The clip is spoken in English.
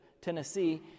Tennessee